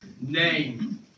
name